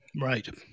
Right